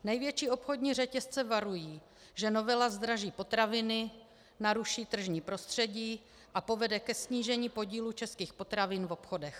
Největší obchodní řetězce varují, že novela zdraží potraviny, naruší tržní prostředí a povede ke snížení podílu českých potravin v obchodech.